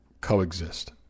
coexist